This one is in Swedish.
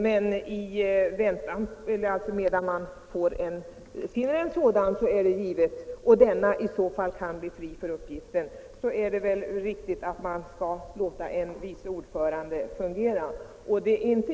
Men innan man har funnit en person, och denne kan bli fri från sin tidigare uppgift, är det väl riktigt att låta en vice ordförande fungera.